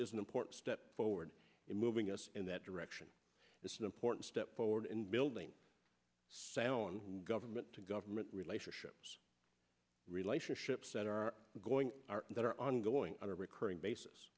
an important step forward in moving us in that direction it's an important step forward in building sound government to government relationships relationships that are going that are ongoing on a recurring basis